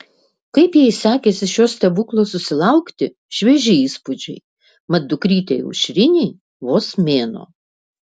kaip jai sekėsi šio stebuklo susilaukti švieži įspūdžiai mat dukrytei aušrinei vos mėnuo